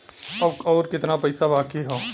अब अउर कितना पईसा बाकी हव?